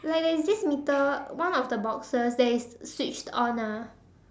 like there's this meter one of the boxes that is switched on ah